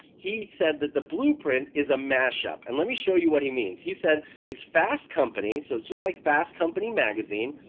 he said that the blueprint is a mashup. and let me show you what he means, he said it's fast company, so it's just like fast company magazine,